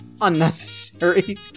Unnecessary